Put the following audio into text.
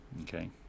Okay